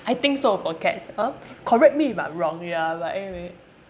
I think so for cats uh correct me if I'm wrong ya but anyway